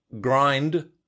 grind